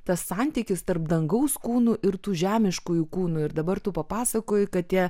tas santykis tarp dangaus kūnų ir tų žemiškųjų kūnų ir dabar tu papasakojai kad tie